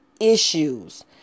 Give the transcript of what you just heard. issues